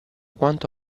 quanto